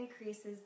increases